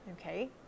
Okay